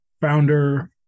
founder